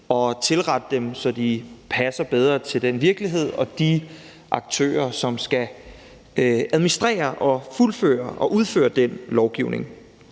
og tilrette det, så det passer bedre til den virkelighed og de aktører, som skal administrere og fuldføre og udføre den lovgivning.